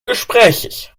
gesprächig